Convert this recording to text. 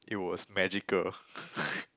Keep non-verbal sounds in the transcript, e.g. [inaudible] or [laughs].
it was magical [laughs]